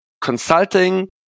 consulting